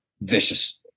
vicious